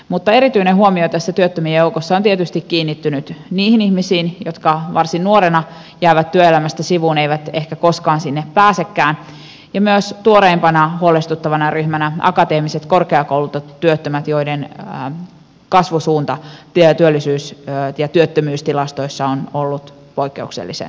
mutta erityinen huomio tässä työttömien joukossa on tietysti kiinnittynyt niihin ihmisiin jotka varsin nuorina jäävät työelämästä sivuun eivät ehkä koskaan sinne pääsekään ja myös tuoreimpana huolestuttavana ryhmänä akateemisiin korkeakoulutettuihin työttömiin joiden kasvusuunta työttömyystilastoissa on ollut poikkeuksellisen suurta